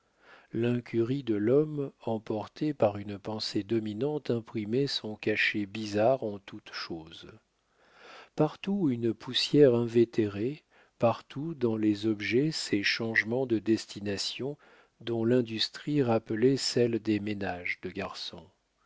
l'incurie de l'homme emporté par une pensée dominante imprimait son cachet bizarre en toutes choses partout une poussière invétérée partout dans les objets ces changements de destination dont l'industrie rappelait celle des ménages de garçon